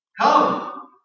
Come